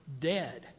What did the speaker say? dead